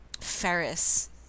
ferris